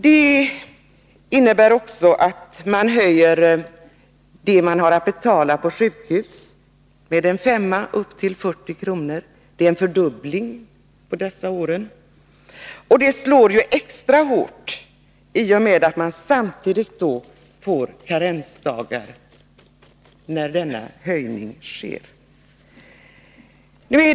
Man höjer också den avgift man har att betala på sjukhus med en femma upp till 40 kr. Det är en fördubbling på dessa år. Det slår extra hårt i och med att man samtidigt som denna höjning sker får karensdagar.